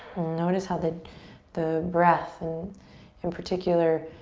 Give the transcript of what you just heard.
notice how the the breath, in and particular,